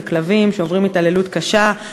זה כלבים שעוברים התעללות קשה,